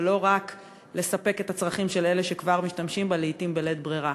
ולא רק לספק את הצרכים של אלה שכבר משתמשים בה לעתים בלית ברירה.